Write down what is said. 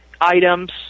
items